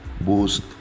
boost